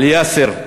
על יאסר,